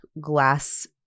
glass